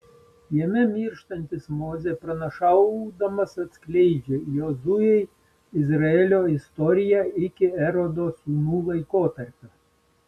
jame mirštantis mozė pranašaudamas atskleidžia jozuei izraelio istoriją iki erodo sūnų laikotarpio